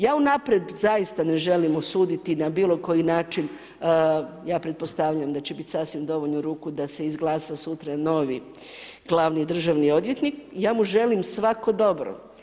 Ja unaprijed zaista ne želim osuditi na bilo koji način, ja pretpostavljam da će biti sasvim u dovoljnu ruku, da se izglasa, sutra je novi glavni Državni odvjetnik, ja mu želim svako dobro.